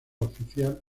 oficial